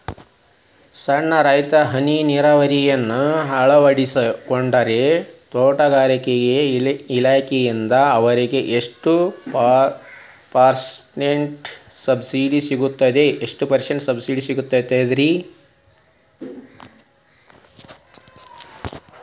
ಸಣ್ಣ ರೈತರು ಹನಿ ನೇರಾವರಿಯನ್ನ ಅಳವಡಿಸಿಕೊಂಡರೆ ತೋಟಗಾರಿಕೆ ಇಲಾಖೆಯಿಂದ ಅವರಿಗೆ ಎಷ್ಟು ಪರ್ಸೆಂಟ್ ಸಬ್ಸಿಡಿ ಸಿಗುತ್ತೈತರೇ?